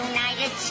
United